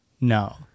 No